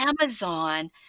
amazon